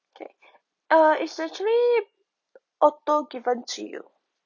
K uh it's actually auto given to you